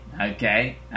Okay